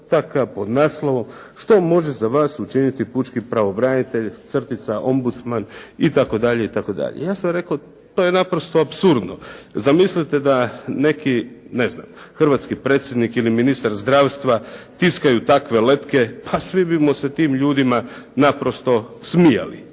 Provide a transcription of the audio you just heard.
letaka pod naslovom što može za vas učiniti pučki pravobranitelj-ombudsman" itd., itd. Ja sam rekao, to je naprosto apsurdno. Zamislite da neki hrvatski Predsjednik ili ministar zdravstva tiskaju takve letke pa svi bismo se tim ljudima naprosto smijali.